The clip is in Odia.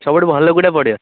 ସବୁଠୁ ଭଲ କେଉଁଟା ପଡ଼ିବ